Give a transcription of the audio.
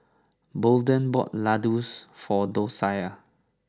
Bolden bought Laddu for Doshia